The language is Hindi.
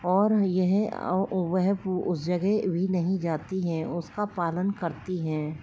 और यह वह उस जगह भी नहीं जाती हैं उसका पालन करती हैं